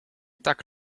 tak